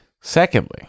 Secondly